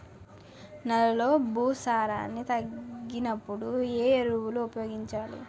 నెలలో భూసారాన్ని తగ్గినప్పుడు, ఏ ఎరువులు ఉపయోగించాలి?